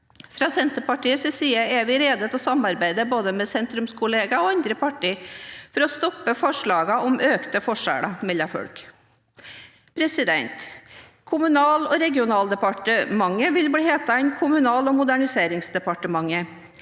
Fra Senterpartiets side er vi rede til å samarbeide både med sentrumskolleger og andre partier for å stoppe forslagene om økte forskjeller mellom folk. Kommunal- og regionaldepartementet vil bli hetende Kommunal- og moderniseringsdepartementet.